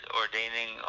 ordaining